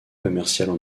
commerciales